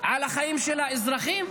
על החיים של האזרחים?